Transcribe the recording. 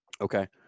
Okay